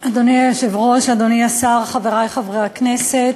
אדוני היושב-ראש, אדוני השר, חברי חברי הכנסת,